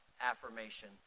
affirmation